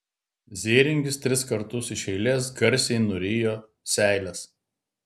zėringis tris kartus iš eilės garsiai nurijo seiles